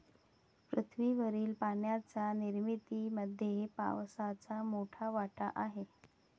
पृथ्वीवरील पाण्याच्या निर्मितीमध्ये पावसाचा मोठा वाटा आहे